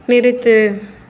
நிறுத்து